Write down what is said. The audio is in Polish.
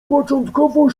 początkowo